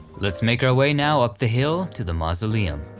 let's make our way now up the hill to the mausoleum.